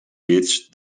hits